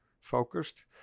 focused